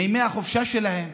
מימי החופשה שלהם.